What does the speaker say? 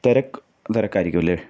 തിരക്ക് തിരക്കായിരിക്കുമല്ലെ